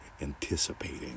anticipating